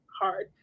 hard